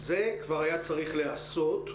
זה כבר היה צריך להיעשות,